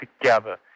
together